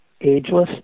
ageless